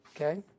okay